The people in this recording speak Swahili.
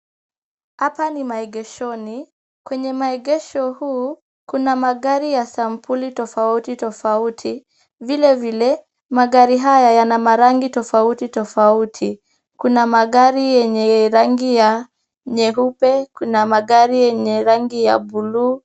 Hapa ni maegeshoni. Kwenye maegesho huu kuna magari ya sampuli tofauti tofauti. Vile vile, magari haya yana marangi tofauti tofauti. Kuna magari yenye rangi ya nyeupe, kuna magari yenye rangi ya buluu.